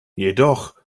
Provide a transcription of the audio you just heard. jedoch